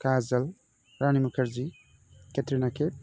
काजल Rani Mukherji Katrina केउ